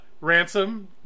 Ransom